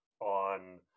on